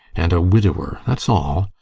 and a widower that's all!